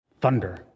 Thunder